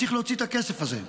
צריך להוציא את הכסף הזה.